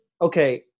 okay